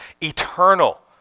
eternal